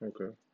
Okay